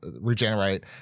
regenerate